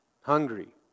Hungry